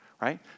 right